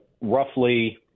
roughly